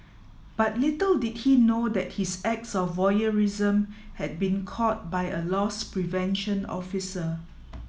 but little did he know that his acts of voyeurism had been caught by a loss prevention officer